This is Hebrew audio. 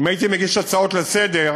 אם הייתי מגיש הצעות לסדר-היום,